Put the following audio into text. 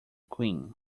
queen